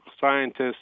scientists